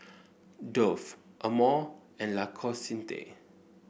Dove Amore and L'Occitane